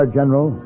general